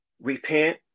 Repent